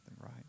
right